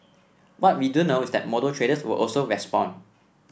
what we do know is that motor traders will also respond